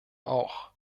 auch